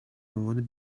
عنوان